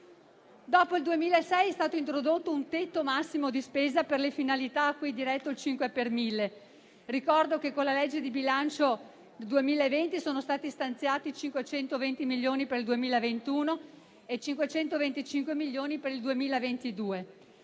Dopo il 2006 è stato introdotto un tetto massimo di spesa per le finalità cui è diretto il 5 per mille. Ricordo che con la legge di bilancio 2020 sono stati stanziati 520 milioni per il 2021 e 525 milioni per il 2022.